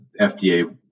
FDA